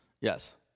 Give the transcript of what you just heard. Yes